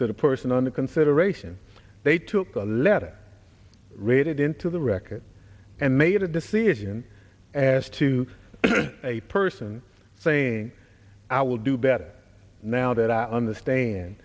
to the person under consideration they took the letter rated into the record and made a decision as to a person saying i will do better now that i understand